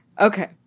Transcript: Okay